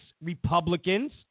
republicans